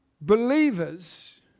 believers